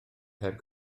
heb